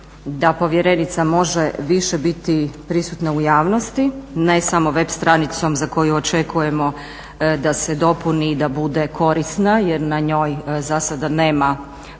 da povjerenica može više biti prisutna u javnosti, ne samo web stranicom za koju očekujemo da se dopuni i da bude korisna jer na njoj zasada nema puno